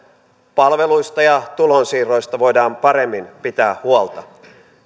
palveluista ja tulonsiirroista voidaan paremmin pitää huolta